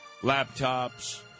laptops